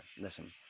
Listen